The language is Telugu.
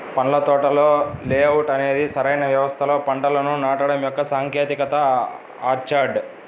పండ్ల తోటల లేఅవుట్ అనేది సరైన వ్యవస్థలో పంటలను నాటడం యొక్క సాంకేతికత ఆర్చర్డ్